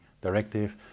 directive